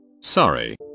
Sorry